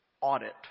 audit